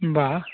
होनबा